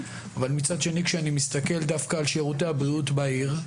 אבל מצד שני כשאני מסתכל דווקא על שירותי הבריאות בעיר,